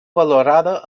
valorada